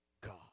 God